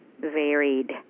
varied